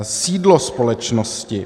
Sídlo společnosti.